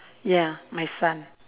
ya my son